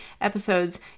episodes